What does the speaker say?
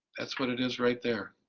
that's what it is right there.